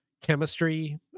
chemistry